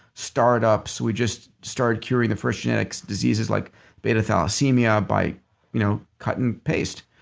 startups. we just starting curing the first genetic diseases like beta thalassemia by you know cut and paste